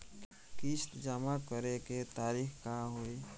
किस्त जमा करे के तारीख का होई?